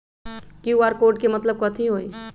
QR code के मतलब कथी होई?